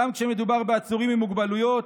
גם כשמדובר בעצורים עם מוגבלויות,